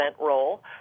role